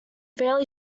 fairly